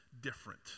different